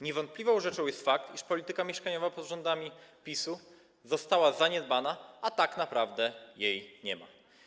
Niewątpliwą rzeczą jest fakt, iż polityka mieszkaniowa pod rządami PiS-u została zaniedbana, a tak naprawdę jej nie ma.